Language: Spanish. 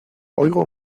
oigo